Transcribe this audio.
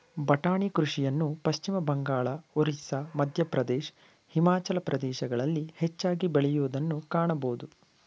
ಬಟಾಣಿ ಕೃಷಿಯನ್ನು ಪಶ್ಚಿಮಬಂಗಾಳ, ಒರಿಸ್ಸಾ, ಮಧ್ಯಪ್ರದೇಶ್, ಹಿಮಾಚಲ ಪ್ರದೇಶಗಳಲ್ಲಿ ಹೆಚ್ಚಾಗಿ ಬೆಳೆಯೂದನ್ನು ಕಾಣಬೋದು